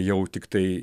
jau tiktai